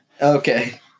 Okay